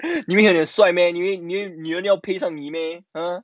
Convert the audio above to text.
你以为你很帅 meh 你以为女人要配上你 meh !huh!